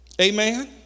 amen